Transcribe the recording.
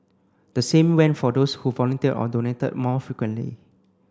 the same went for those who volunteered or donated more frequently